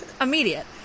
Immediate